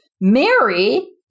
Mary